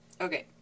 Okay